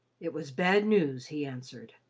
it was bad news, he answered,